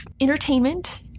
entertainment